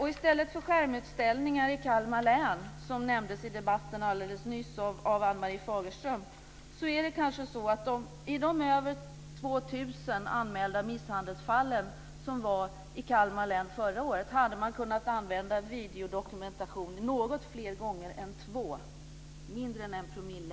I stället för skärmutställningar i Kalmar län, som nämndes i debatten alldeles nyss av Ann-Marie Fagerström, är det kanske så att man i de över 2 000 anmälda misshandelsfallen i Kalmar län förra åren hade kunnat använda videodokumentation något fler gånger än två, alltså mindre än en promille.